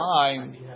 time